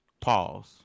pause